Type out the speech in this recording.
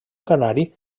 canari